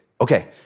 Okay